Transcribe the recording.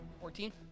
Fourteen